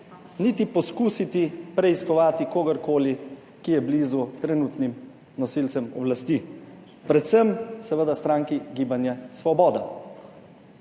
niti poskusiti preiskovati kogarkoli, ki je blizu trenutnim nosilcem oblasti, predvsem seveda stranki Gibanja Svoboda.